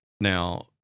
Now